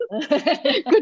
good